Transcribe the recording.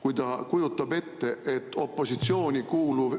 kui ta kujutab ette, et opositsiooni kuuluv